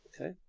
Okay